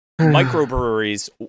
microbreweries